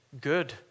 good